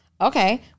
Okay